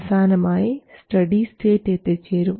അവസാനമായി steady state എത്തിച്ചേരും